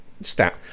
stat